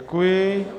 Děkuji.